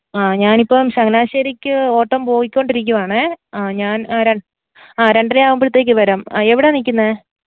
ആ ഞാനിപ്പം ചങ്ങനാശ്ശേരിക്ക് ഓട്ടം പോയിക്കൊണ്ടിരിക്കുവാണേ ആ ഞാന് ആ രണ് ആ രണ്ടരയാവുമ്പോഴത്തേക്ക് വരാം ആ എവിടെയാണ് നിൽക്കുന്നത്